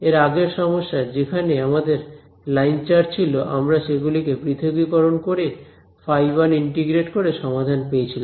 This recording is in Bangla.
এর আগের সমস্যায় যেখানে আমাদের লাইন চার্জ ছিল আমরা সেগুলিকে পৃথকীকরণ করে φ1 ইন্টিগ্রেট করে সমাধান পেয়েছিলাম